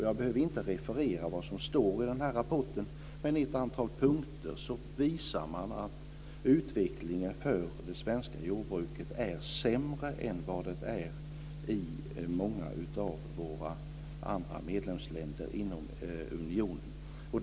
Jag behöver inte referera vad som står i rapporten, men i ett antal punkter visar man att utvecklingen för det svenska jordbruket är sämre än vad det är i många av våra andra medlemsländer inom unionen.